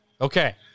okay